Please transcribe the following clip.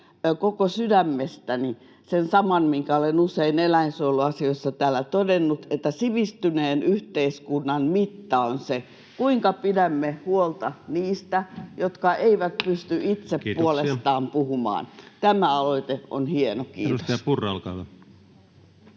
koko sydämestäni sen saman, minkä olen usein eläinsuojeluasioissa täällä todennut, että sivistyneen yhteiskunnan mitta on se, kuinka pidämme huolta niistä, jotka eivät pysty itse puolestaan puhumaan. Tämä aloite on hieno. — Kiitos.